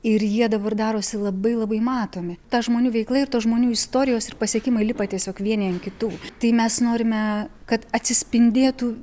ir jie dabar darosi labai labai matomi ta žmonių veikla ir tos žmonių istorijos ir pasiekimai lipa tiesiog vieni an kitų tai mes norime kad atsispindėtų